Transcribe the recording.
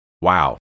Wow